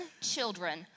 children